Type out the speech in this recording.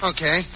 Okay